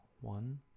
one